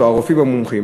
או הרופאים המומחים.